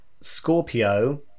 Scorpio